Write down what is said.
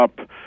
up